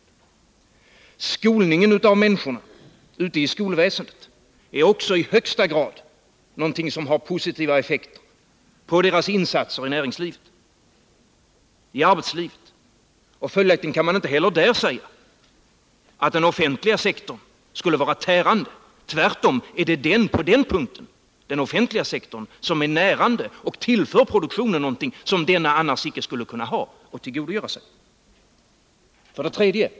Också skolningen av människorna ute i skolväsendet är i högsta grad någonting som har positiva effekter på deras insatser i arbetsliv och näringsliv. Följaktligen kan man inte heller där säga att den offentliga sektorn skulle vara tärande. Tvärtom är på den punkten den offentliga sektorn närande och tillför produktionen någonting som denna annars inte skulle kunna tillgodogöra sig.